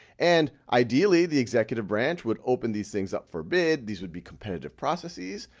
and ideally the executive branch would open these things up for bid, these would be competitive processes,